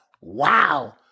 Wow